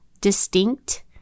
distinct